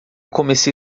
comecei